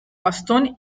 bastón